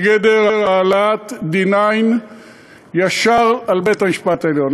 בגדר העלאת D9 ישר על בית-המשפט העליון.